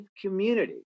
community